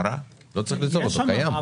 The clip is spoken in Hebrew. לא צריך ליצור, הוא קיים.